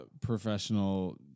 professional